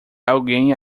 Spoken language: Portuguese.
alguém